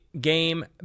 game